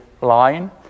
line